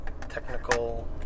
technical